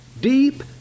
deep